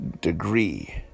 degree